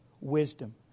wisdom